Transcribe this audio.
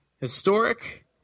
Historic